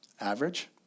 average